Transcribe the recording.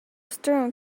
strong